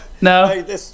No